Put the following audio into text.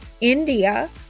India